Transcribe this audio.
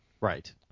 Right